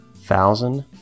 Thousand